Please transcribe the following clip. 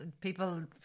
People